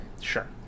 Sure